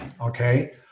okay